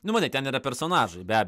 nu matai ten yra personažai be